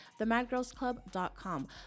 themadgirlsclub.com